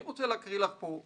אני רוצה להקריא לך מעדות